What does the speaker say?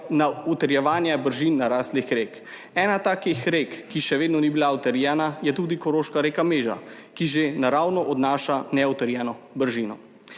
na utrjevanje bržin naraslih rek. Ena takih rek, ki še vedno ni bila utrjena je tudi koroška reka Meža, ki že naravno odnaša neutrjeno bržino.